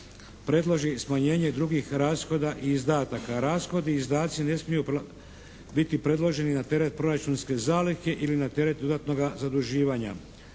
predloži smanjenje drugih rashoda i izdataka. Rashodi i izdaci ne smiju biti predloženi na teret proračunske zalihe ili na teret dodatnoga zaduživanja.